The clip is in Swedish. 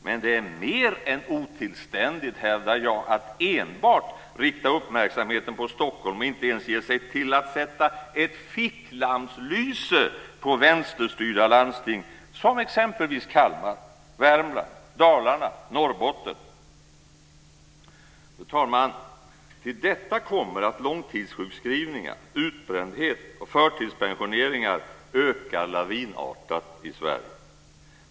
Men det är mer än otillständigt, hävdar jag, att enbart rikta uppmärksamheten på Stockholm och att inte ens ge sig till att sätta ett ficklampslyse på vänsterstyrda landsting, t.ex. Kalmar, Värmland, Dalarna och Norrbotten. Fru talman! Till detta kommer att långtidssjukskskrivningar, utbrändhet och förtidspensioneringar ökar lavinartat i Sverige.